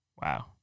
Wow